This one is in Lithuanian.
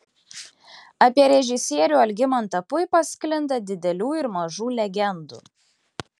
apie režisierių algimantą puipą sklinda didelių ir mažų legendų